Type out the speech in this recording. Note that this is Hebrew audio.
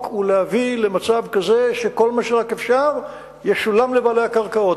ולהביא למצב כזה שכל מה שרק אפשר ישולם לבעלי הקרקעות.